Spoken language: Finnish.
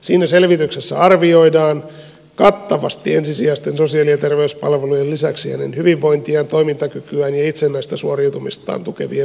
siinä selvityksessä arvioidaan kattavasti ensisijaisten sosiaali ja terveyspalvelujen lisäksi hänen hyvinvointiaan toimintakykyään ja itsenäistä suoriutumistaan tukevien palvelujen tarve